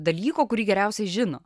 dalyko kurį geriausiai žino